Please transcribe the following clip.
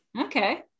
Okay